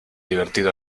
divertido